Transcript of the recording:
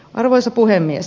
arvoisa puhemies